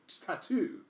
tattoo